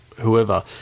whoever